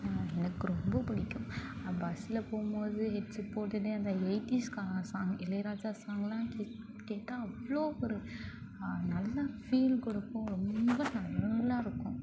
எனக்கு ரொம்ப பிடிக்கும் நான் பஸ்ஸில் போகும்போது ஹெட்செட் போட்டுட்டு அந்த எயிட்டிஸ் சாங் இளையராஜா சாங்குலாம் கேட்டால் அவ்வளோ ஒரு நல்ல ஃபீல் கொடுக்கும் ரொம்ப நல்லாயிருக்கும்